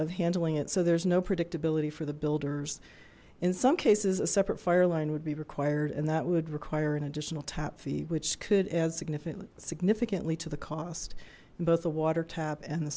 handling it so there's no predictability for the builders in some cases a separate fire line would be required and that would require an additional tap fee which could add significantly significantly to the cost in both the water tab and the